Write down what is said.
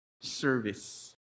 service